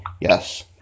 Yes